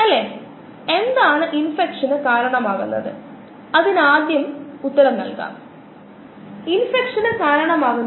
അതേ സമയം നമുക്ക് ഏകദേശം 10 പവർ മൈനസ് 3 സെക്കൻഡ് ഉത്തരം ലഭിച്ചിട്ടുണ്ടെങ്കിൽ ഇത് പരിഹാസ്യമായി ഹ്രസ്വമാണെന്ന് തോന്നുന്നു